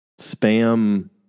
spam